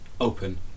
open